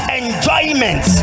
enjoyment